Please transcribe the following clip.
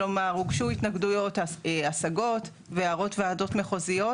כלומר הוגשו התנגדויות השגות והערות ועדות מחוזיות,